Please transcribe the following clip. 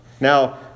Now